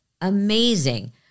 amazing